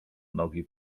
nogi